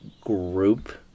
group